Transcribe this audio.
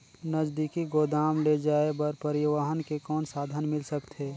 नजदीकी गोदाम ले जाय बर परिवहन के कौन साधन मिल सकथे?